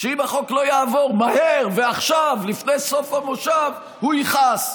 שאם החוק לא יעבור מהר ועכשיו לפני סוף המושב הוא יכעס.